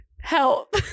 Help